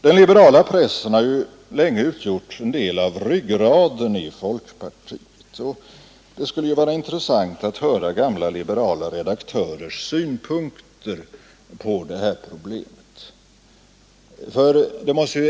Den liberala pressen har länge utgjort en del av ryggraden i folkpartiet, och det skulle vara intressant att höra gamla liberala redaktörers synpunkter på detta problem.